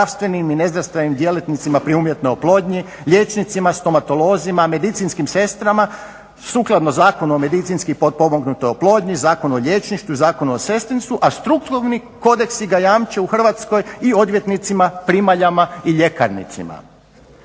zdravstvenim i nezdravstvenim djelatnicima pri umjetnoj oplodnji, liječnicima, stomatolozima, medicinskim sestrama sukladno Zakonu o medicinski potpomognutoj oplodnji, Zakonu o liječništvu i Zakonu o medicinski potpomognutoj oplodnji, Zakonu o liječništvu